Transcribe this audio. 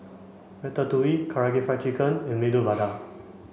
Ratatouille Karaage Fried Chicken and Medu Vada